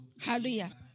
Hallelujah